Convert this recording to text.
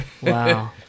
Wow